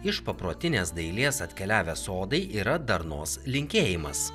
iš paprotinės dailės atkeliavę sodai yra darnos linkėjimas